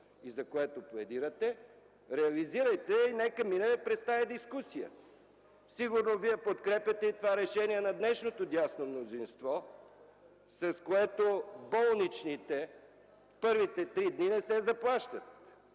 и за което пледирате, реализирайте я и нека да минем през тази дискусия. Сигурно Вие подкрепяте и това решение на днешното дясно мнозинство, с което първите три дни от болничните, не се заплащат.